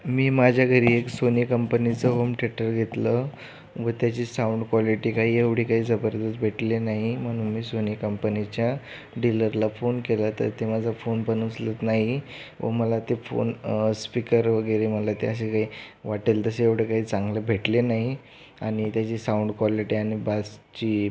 मी माझ्या घरी एक सोनी कंपनीचं होम थेटर घेतलं व त्याची साऊंड क्वॉलिटी काही एवढी काही जबरदस्त भेटली नाही म्हणून मी सोनी कंपनीच्या डीलरला फोन केला तर ते माझा फोन पण उचलत नाही व मला ते फोन स्पीकर वगैरे मला त्या अशा ते वाटेल तसे एवढे काही चांगले भेटले नाही आणि त्याची साऊंड क्वॉलिटी आणि बासची